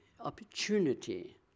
opportunity